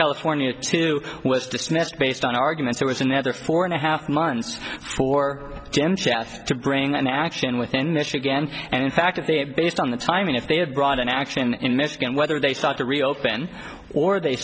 california too was dismissed based on arguments there was another four and a half months for jim south to bring an action within michigan and in fact if they had based on the timing if they had brought an action in michigan whether they sought to reopen or they